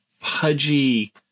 pudgy